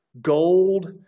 Gold